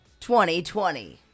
2020